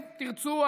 אם תרצו,